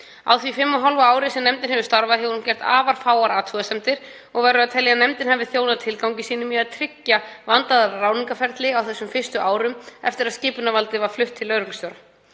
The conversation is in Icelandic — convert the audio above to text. og hálfa ári sem nefndin hefur starfað hefur hún gert afar fáar athugasemdir og verður að telja að nefndin hafi þjónað tilgangi sínum í að tryggja vandaðra ráðningarferli á þessum fyrstu árum eftir að skipunarvaldið var flutt til lögreglustjóra.